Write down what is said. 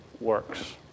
works